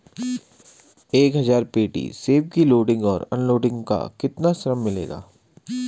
एक हज़ार पेटी सेब की लोडिंग और अनलोडिंग का कितना श्रम मिलेगा?